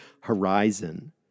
horizon